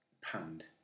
panned